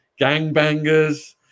gangbangers